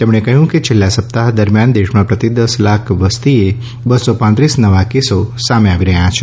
તેમણે કહ્યુ કે છેલ્લા સપ્તાહ્ દરમ્યાન દેશમાં પ્રતિ દશ લાખ વસતીએ બસો પાંત્રીલ નવા કેસો સામે આવ્યા છે